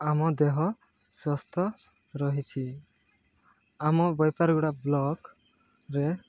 ଆମ ଦେହ ସୁସ୍ଥ ରହିଛି ଆମ ବୈପାରଗୁଡ଼ା ବ୍ଲକରେ